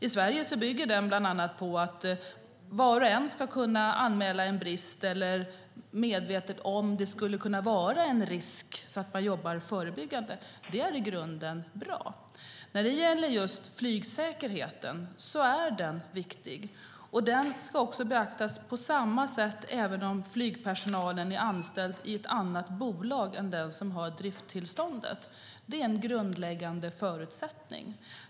I Sverige bygger den bland annat på att var och en ska kunna anmäla en brist eller vara medveten om vad som skulle kunna vara en risk, så att man jobbar förebyggande. Det är i grunden bra. Flygsäkerheten är viktig. Den ska beaktas på samma sätt även om flygpersonalen är anställd i ett annat bolag än det som har drifttillståndet. Det är en grundläggande förutsättning.